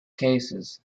cases